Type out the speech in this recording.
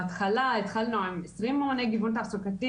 בהתחלה התחלנו עם עשרים ממוני גיוון תעסוקתי.